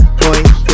point